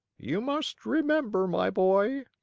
you must remember, my boy,